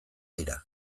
dira